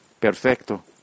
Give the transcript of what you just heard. perfecto